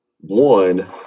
one